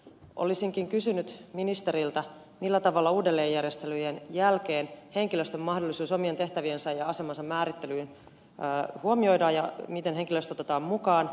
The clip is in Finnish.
olisinkin kysynyt ministeriltä millä tavalla uudelleenjärjestelyjen jälkeen henkilöstön mahdollisuus omien tehtäviensä ja asemansa määrittelyyn huomioidaan ja miten henkilöstö otetaan mukaan